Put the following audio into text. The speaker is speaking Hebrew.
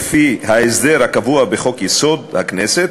לפי ההסדר הקבוע בחוק-יסוד: הכנסת,